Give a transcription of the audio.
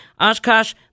Oshkosh